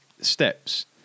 steps